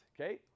okay